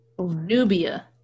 Nubia